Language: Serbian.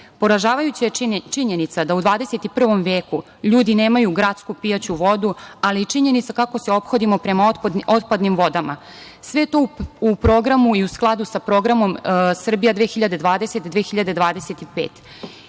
Poražavajuća je činjenica da u 21. veku ljudi nemaju gradsku pijaću vodu, ali i činjenica kako se ophodimo prema otpadnim vodama. Sve je to u programu i u skladu sa programom „Srbija 2020-2025“.